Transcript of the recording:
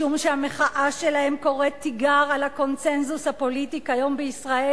משום שהמחאה שלהם קוראת תיגר על הקונסנזוס הפוליטי כיום בישראל,